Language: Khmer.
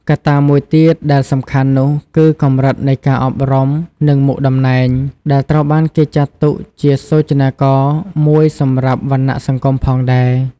កត្តាមួយទៀតដែលសំខាន់នោះគឺកម្រិតនៃការអប់រំនិងមុខតំណែង ដែលត្រូវបានគេចាត់ទុកជាសូចនាករមួយសម្រាប់វណ្ណៈសង្គមផងដែរ។